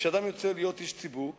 כשאדם יוצא להיות איש ציבור,